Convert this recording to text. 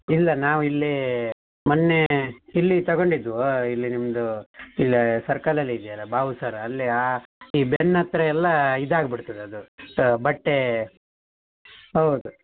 ಇಲ್ಲ ನಾವು ಇಲ್ಲಿ ಮೊನ್ನೆ ಇಲ್ಲಿ ತಗೊಂಡಿದ್ದವು ಇಲ್ಲಿ ನಿಮ್ಮದು ಇಲ್ಲ ಸರ್ಕಲಲ್ಲಿ ಇದ್ಯಲ್ಲಾ ಬಾಹು ಸರ್ ಅಲ್ಲೇ ಆ ಈ ಬೆನ್ನು ಹತ್ರ ಎಲ್ಲಾ ಇದು ಆಗ್ಬಿಡ್ತದೆ ಅದು ಬಟ್ಟೆ ಹೌದು